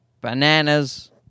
bananas